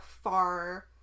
far